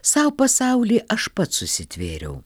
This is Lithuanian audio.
sau pasaulį aš pats užsitvėriau